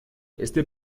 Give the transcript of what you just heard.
este